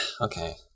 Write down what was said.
okay